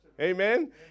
Amen